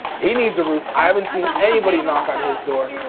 he needs a roof, i haven't seen anybody knock on his door.